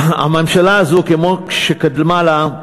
הממשלה הזו, כמו זו שקדמה לה,